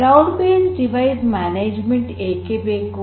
cloud based device management ಏಕೆ ಬೇಕು